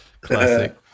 Classic